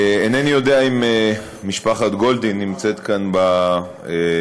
אינני יודע אם משפחת גולדין נמצאת כאן ביציע.